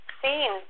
seen